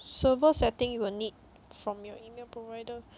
server eating you will need from your email provider